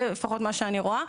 זה לפחות מה שאני רואה.